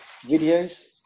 videos